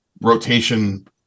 rotation